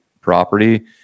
property